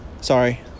sorry